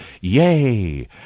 Yay